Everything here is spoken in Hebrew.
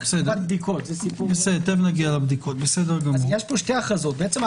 פה שתי הכרזות.